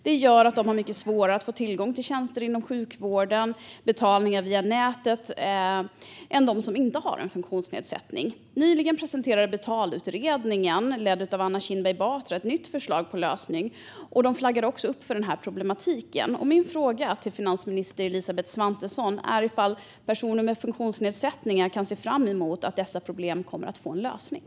De har därmed mycket svårare att få tillgång till tjänster inom sjukvården och betalningar via nätet än de som inte har någon funktionsnedsättning. Nyligen presenterade Betalningsutredningen ledd av Anna Kinberg Batra ett nytt förslag på lösning. De flaggade också upp för den här problematiken. Min fråga till finansminister Elisabeth Svantesson är om personer med funktionsnedsättningar kan se fram emot att dessa problem kommer att få en lösning.